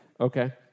Okay